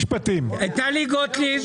טלי גוטליב.